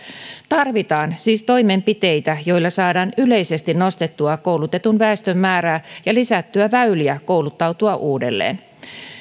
tarvitaan siis toimenpiteitä joilla saadaan yleisesti nostettua koulutetun väestön määrää ja lisättyä väyliä kouluttautua uudelleen